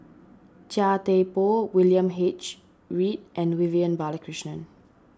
Chia Thye Poh William H Read and Vivian Balakrishnan